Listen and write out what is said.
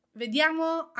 Vediamo